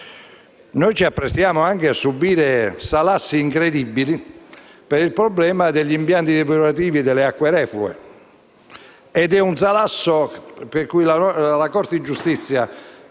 Ci apprestiamo anche a subire salassi incredibili per il problema degli impianti depurativi delle acque reflue. È un salasso su cui la Corte di giustizia